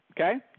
Okay